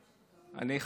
אני חייב להגיד